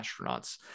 astronauts